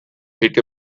picked